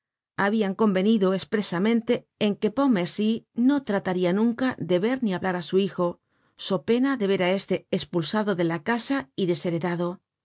habian convenido espresamente en que pontmercy no trataria nunca de ver ni hablar á su hijo sopeña de ver á este espulsado de la casa y desheredado